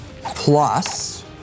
plus